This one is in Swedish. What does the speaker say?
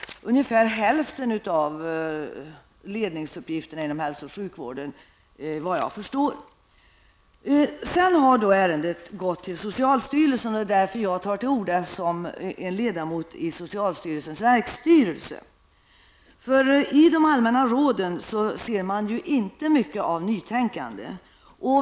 Det gällde ungefär hälften av ledningsuppgifterna inom hälso och sjukvården. Sedan har ärendet gått till socialstyrelsen. Det är därför jag tar till orda, eftersom jag är ledamot i socialstyrelsens verksstyrelse. I de allmänna råden ser man inte mycket av nytänkande.